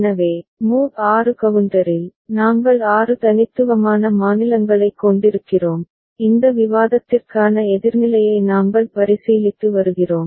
எனவே மோட் 6 கவுண்டரில் நாங்கள் ஆறு தனித்துவமான மாநிலங்களைக் கொண்டிருக்கிறோம் இந்த விவாதத்திற்கான எதிர்நிலையை நாங்கள் பரிசீலித்து வருகிறோம்